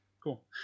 Cool